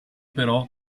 però